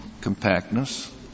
compactness